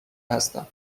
هستم